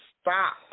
stop